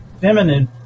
feminine